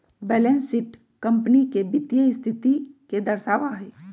balance sheet company के वित्तीय स्थिति के दर्शावा हई